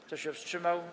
Kto się wstrzymał?